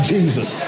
Jesus